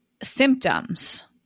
Symptoms